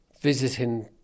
visiting